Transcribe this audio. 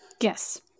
Yes